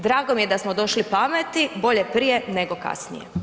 Drago mi je da smo došli pameti, bolje prije nego kasnije.